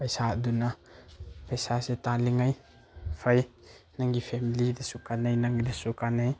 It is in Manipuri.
ꯄꯩꯁꯥꯗꯨꯅ ꯄꯩꯁꯥꯁꯦ ꯇꯥꯜꯂꯤꯉꯩ ꯐꯩ ꯅꯪꯒꯤ ꯐꯦꯃꯤꯂꯤꯗꯁꯨ ꯀꯥꯟꯅꯩ ꯅꯪꯒꯤꯗꯁꯨ ꯀꯥꯟꯅꯩ